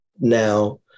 now